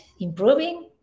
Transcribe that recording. improving